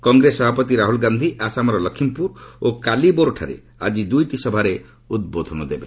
କଂଗ୍ରେସ ସଭାପତି ରାହୁଲ ଗାନ୍ଧି ଆସାମର ଲକ୍ଷ୍ମୀପୁର ଓ କାଲିବୋର ଠାରେ ଆଜି ଦୁଇଟି ସଭାରେ ଉଦ୍ବୋଧନ ଦେବେ